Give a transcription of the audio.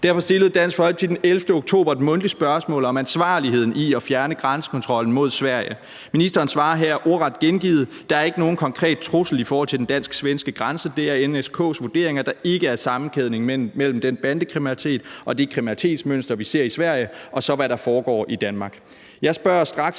Derfor stillede Dansk Folkeparti den 11. oktober et mundtligt spørgsmål om ansvarligheden i at fjerne grænsekontrollen mod Sverige, og ministeren svarer her, at der ikke er nogen konkret trussel i forhold til den dansk-svenske grænse, og svarer ordret: »... er det NSK's vurdering, at der ikke er en sammenkædning mellem den bandekonflikt, vi ser i Sverige, det kriminalitetsmønster, vi ser i Sverige, og så, hvad der foregår i Danmark.«